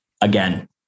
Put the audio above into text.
Again